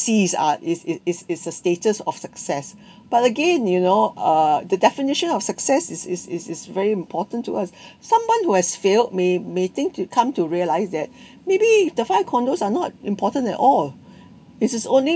Cs are is it is is a status of success but again you know uh the definition of success is is is is very important to us someone who has failed may may think to come to realize that maybe the five condos are not important at all it's just only